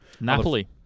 Napoli